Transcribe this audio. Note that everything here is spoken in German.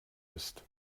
ist